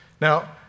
Now